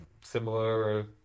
similar